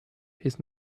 his